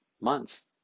months